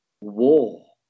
war